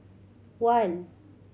one